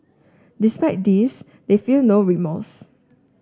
despite this they feel no remorse